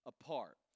apart